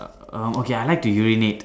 um okay I like to urinate